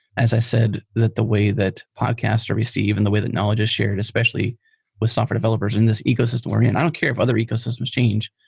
as i said, that the way that podcasts are received and the way that knowledge is shared especially with software developers in this ecosystem wherein i don't care if other ecosystems change.